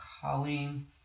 Colleen